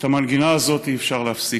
את המנגינה הזאת אי-אפשר להפסיק,